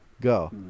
go